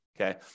okay